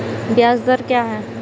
ब्याज दर क्या है?